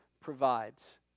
provides